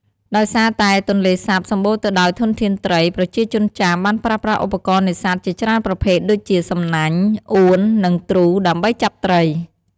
ដោយសារតែទន្លេសាបសម្បូរទៅដោយធនធានត្រី ប្រជាជនចាមបានប្រើប្រាស់ឧបករណ៍នេសាទជាច្រើនប្រភេទដូចជា សំណាញ់ អួន និងទ្រូ ដើម្បីចាប់ត្រី។